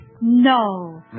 No